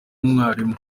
umwarimu